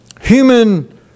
human